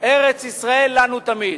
ארץ-ישראל לנו תמיד.